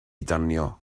danio